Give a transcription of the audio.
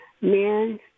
men